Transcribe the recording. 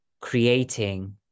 creating